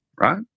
right